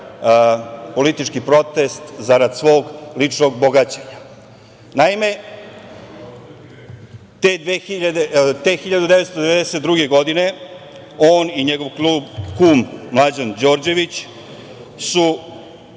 politički protest zarad svog ličnog bogaćenja. Naime, te 1992. godine, on i njegov kum Mlađan Đorđević,